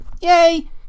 yay